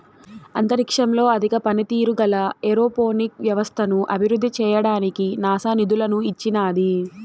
అంతరిక్షంలో అధిక పనితీరు గల ఏరోపోనిక్ వ్యవస్థను అభివృద్ధి చేయడానికి నాసా నిధులను ఇచ్చినాది